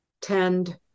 tend